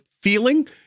feeling